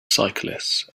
cyclists